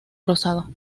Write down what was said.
rosado